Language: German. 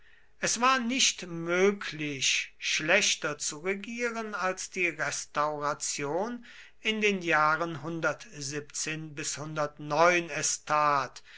es war nicht möglich schlechter zu regieren als die restauration in den jahren es tat